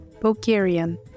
Bulgarian